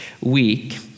week